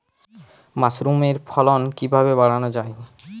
মাসরুমের ফলন কিভাবে বাড়ানো যায়?